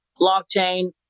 blockchain